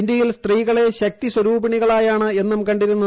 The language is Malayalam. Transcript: ഇന്ത്യയിൽ സ്ത്രീകളെ ശക്തി സ്വരൂപിണികളായാണ് എന്നും ക ിരുന്നത്